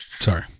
Sorry